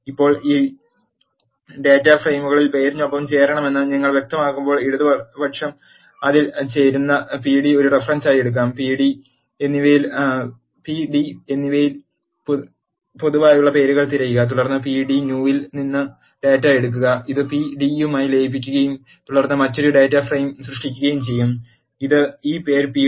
ഇപ്പോൾ ഈ 2 ഡാറ്റാ ഫ്രെയിമുകളിൽ പേരിനൊപ്പം ചേരണമെന്ന് നിങ്ങൾ വ്യക്തമാക്കുമ്പോൾ ഇടതുപക്ഷം അതിൽ ചേരുന്നു pd ഒരു റഫറൻസായി എടുക്കും P d p d എന്നിവയിൽ പൊതുവായുള്ള പേരുകൾ തിരയുക തുടർന്ന് pd new ൽ നിന്ന് ഡാറ്റ എടുക്കുക ഇത് p d മായി ലയിപ്പിക്കുകയും തുടർന്ന് മറ്റൊരു ഡാറ്റ ഫ്രെയിം സൃഷ്ടിക്കുകയും ചെയ്യുക ഇത് ഈ പേര് pd left join1 നൽകുന്നു